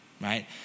right